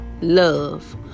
love